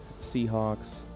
Seahawks